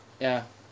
ya